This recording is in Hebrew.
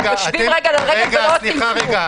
אבל אנחנו יושבים רגל על רגל ולא עושים כלום.